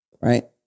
right